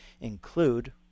include